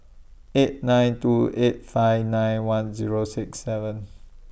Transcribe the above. eight nine two eight five nine one Zero six seven